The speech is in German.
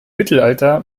mittelalter